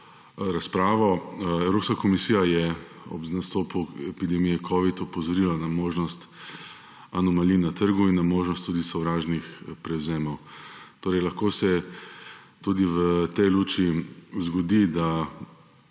razpravo. Evropska komisija je ob nastopu epidemije covida-19 opozorila na možnost anomalij na trgu in tudi na možnost sovražnih prevzemov. Torej lahko se tudi v tej luči zgodi, da